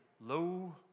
low